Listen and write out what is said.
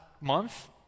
month